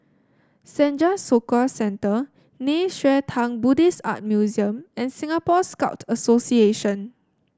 Senja Soka Centre Nei Xue Tang Buddhist Art Museum and Singapore Scout Association